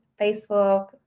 Facebook